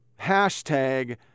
hashtag